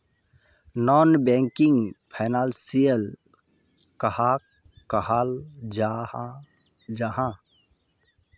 Non banking financial कहाक कहाल जाहा जाहा?